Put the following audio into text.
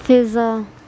فضا